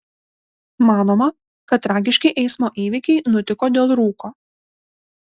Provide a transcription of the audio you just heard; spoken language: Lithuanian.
manoma kad tragiški eismo įvykiai nutiko dėl rūko